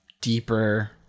deeper